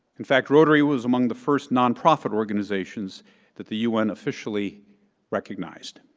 in fact, rotary was among the first nonprofit organizations that the un officially recognized.